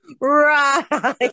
Right